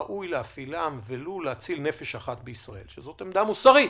ראוי להפעילם ולו כדי להציל נפש אחת בישראל זאת עמדה מוסרית